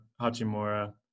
Hachimura